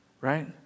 Right